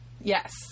Yes